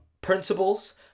principles